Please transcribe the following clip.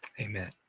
Amen